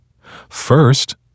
First